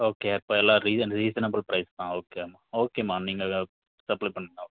okay இப்ப எல்லா reason reasonable price தான் ஓகேம்மா ஓகேம்மா நீங்கள் இதை சப்ளை பண் ஓகே